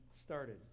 started